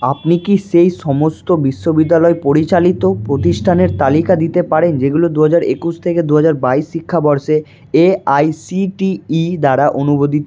আপনি কি সেই সমস্ত বিশ্ববিদ্যালয় পরিচালিত প্রতিষ্ঠানের তালিকা দিতে পারেন যেগুলো দু হাজার একুশ থেকে দু হাজার বাইশ শিক্ষাবর্ষে এআইসিটিই দ্বারা অনুমোদিত